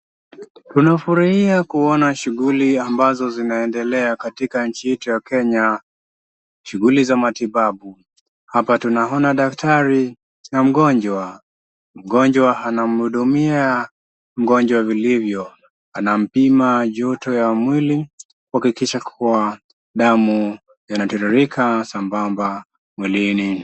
Tunafurahia kuona shughuli ambazo zinaendelea katika nchi yetu ya Kenya, shughuli za matibabu. Hapa tunaona daktari na mgonjwa, mgonjwa anamhudumia mgonjwa vilivyo, anampima joto ya mwili kuhakikisha kuwa damu inatiririka sambamba mwilini.